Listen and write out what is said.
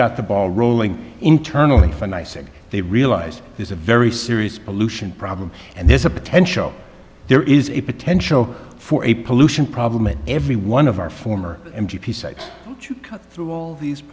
got the ball rolling internally for nice and they realize there's a very serious pollution problem and there's a potential there is a potential for a pollution problem in every one of our former m v p sites to cut through all these